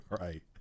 right